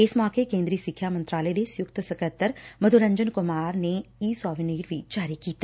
ਇਸ ਸੌਕੇ ਕੇਂਦਰੀ ਸਿੱਖਿਆ ਮੰਤਰਾਲੇ ਦੇ ਸੰਯੁਕਤ ਸਕੱਤਰ ਮੱਧੂ ਰੰਜਨ ਕੁਮਾਰ ਨੇ ਈ ਸੋਵਨੀਰ ਵੀ ਜਾਰੀ ਕੀਤਾ